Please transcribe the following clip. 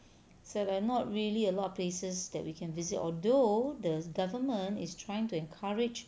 it's like not really a lot of places that we can visit although the government is trying to encourage